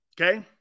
okay